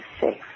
safe